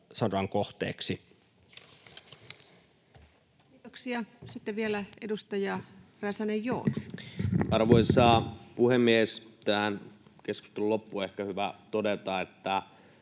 sanasodan kohteeksi. Kiitoksia. — Sitten vielä edustaja Räsänen, Joona. Arvoisa puhemies! Tähän keskustelun loppuun on ehkä hyvä todeta, että